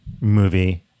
movie